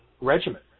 regimen